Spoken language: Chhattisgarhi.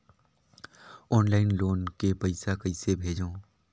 ऑनलाइन लोन के पईसा कइसे भेजों?